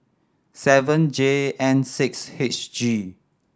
seven J N six H G